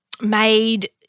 made